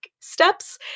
steps